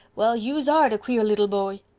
well, yous are de queer leetle boy.